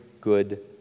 good